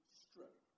strip